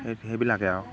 সেই সেইবিলাকেই আৰু